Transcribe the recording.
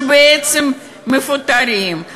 שבעצם מפוטרים,